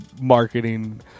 marketing